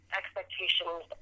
expectations